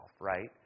right